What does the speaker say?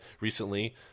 recently